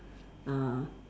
uh